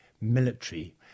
military